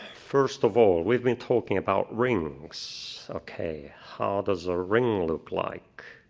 first of all, we've been talking about rings, okay. how does a ring look like?